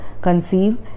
conceive